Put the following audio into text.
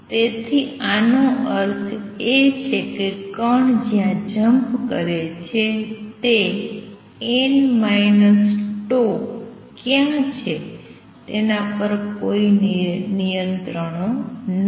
તેથી આનો અર્થ એ છે કે કણ જ્યાં જમ્પ કરે છે તે ક્યાં છે તેના પર કોઈ નિયંત્રણો નથી